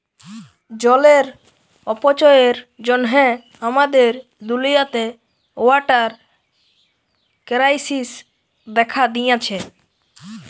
জলের অপচয়ের জ্যনহে আমাদের দুলিয়াতে ওয়াটার কেরাইসিস্ দ্যাখা দিঁয়েছে